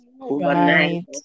overnight